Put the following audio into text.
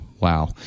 Wow